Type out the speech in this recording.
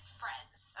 friends